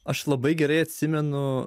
aš labai gerai atsimenu